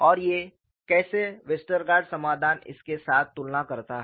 और कैसे वेस्टरगार्ड समाधान इसके साथ तुलना करता है